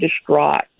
distraught